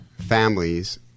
families